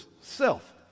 self